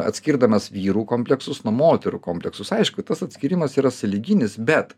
atskirdamas vyrų kompleksus nuo moterų kompleksus aišku tas atskyrimas yra sąlyginis bet